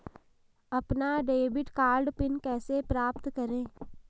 अपना debit card PIN कैसे प्राप्त करें?